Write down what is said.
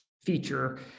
feature